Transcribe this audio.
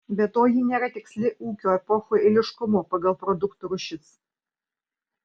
be to ji nėra tiksli ūkio epochų eiliškumu pagal produktų rūšis